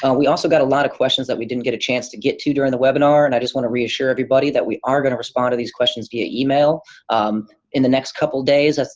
and we also got a lot of questions that we didn't get a chance to get to during the webinar, and i just wanna reassure everybody that we are gonna respond to these questions via email in the next couple of days.